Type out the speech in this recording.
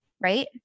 right